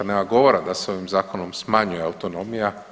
Nema govora da se ovim zakonom smanjuje autonomija.